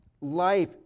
life